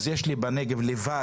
אז יש לי בנגב לבד